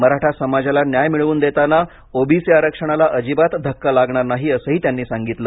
मराठा समाजाला न्याय मिळवून देताना ओबीसी आरक्षणाला अजिबात धक्का लागणार नाही असंही त्यांनी सांगितलं